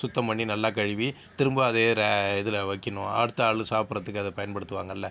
சுத்தம் பண்ணி நல்லா கழுவி திரும்ப அதே ரே இதில் வைக்கணும் அடுத்த ஆள் சாப்பிறதுக்கு அதை பயன்படுத்துவாங்கல்ல